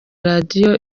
radio